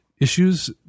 issues